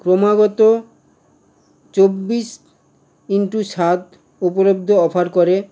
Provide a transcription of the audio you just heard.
ক্রমাগত চব্বিশ ইনটু সাত উপলব্ধ অফার করে